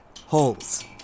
Holes